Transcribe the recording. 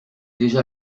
déjà